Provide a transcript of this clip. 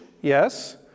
Yes